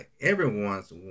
everyone's